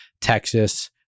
Texas